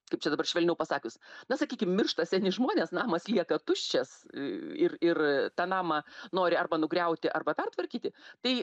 kaip čia dabar švelniau pasakius na sakykim miršta seni žmonės namas lieka tuščias ir ir tą namą nori arba nugriauti arba pertvarkyti tai